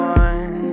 one